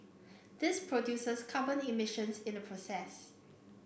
this produces carbon emissions in the process